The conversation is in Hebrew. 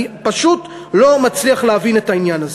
אני פשוט לא מצליח להבין את העניין הזה.